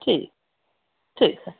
ठीक है ठीक है